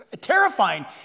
terrifying